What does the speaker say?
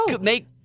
make